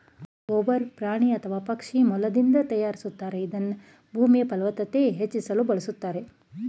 ಗೊಬ್ಬರ ಪ್ರಾಣಿ ಅಥವಾ ಪಕ್ಷಿ ಮಲದಿಂದ ತಯಾರಿಸ್ತಾರೆ ಇದನ್ನ ಭೂಮಿಯಫಲವತ್ತತೆ ಹೆಚ್ಚಿಸಲು ಬಳುಸ್ತಾರೆ